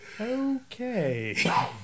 Okay